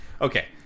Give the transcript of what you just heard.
Okay